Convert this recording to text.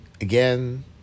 again